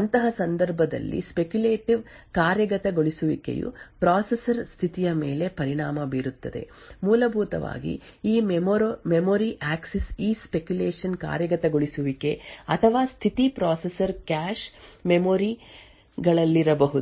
ಅಂತಹ ಸಂದರ್ಭದಲ್ಲಿ ಸ್ಪೆಕ್ಯುಲೇಟಿವ್ ಕಾರ್ಯಗತಗೊಳಿಸುವಿಕೆಯು ಪ್ರೊಸೆಸರ್ ಸ್ಥಿತಿಯ ಮೇಲೆ ಪರಿಣಾಮ ಬೀರುತ್ತದೆ ಮೂಲಭೂತವಾಗಿ ಈ ಮೆಮೊರಿ ಆಕ್ಸಿಸ್ ಈ ಸ್ಪೆಕ್ಯುಲೇಶನ್ ಕಾರ್ಯಗತಗೊಳಿಸುವಿಕೆ ಅಥವಾ ಸ್ಥಿತಿ ಪ್ರೊಸೆಸರ್ ಕ್ಯಾಶ್ ಮೆಮೋರಿ ಗಳಲ್ಲಿರಬಹುದು ಅಥವಾ ಬ್ರಾಂಚ್ ಪ್ರಿಡಿಕ್ಟರ್ ಗಳು ಅಥವಾ ಪ್ರವೇಶ ಪಡೆಯುವ ಡೇಟಾ ಗೆ ಅನುಗುಣವಾಗಿ ಮಾರ್ಪಡಿಸಬಹುದು